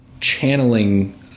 channeling